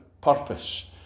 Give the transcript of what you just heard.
purpose